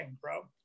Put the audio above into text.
bro